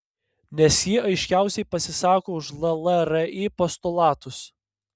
nes ji aiškiausiai pasisako už llri postulatus